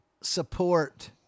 support